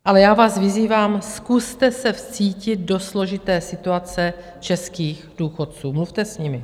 Ale já vás vyzývám, zkuste se vcítit do složité situace českých důchodců, mluvte s nimi.